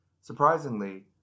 Surprisingly